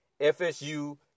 FSU